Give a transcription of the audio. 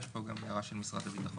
יש פה גם הערה של משרד הביטחון.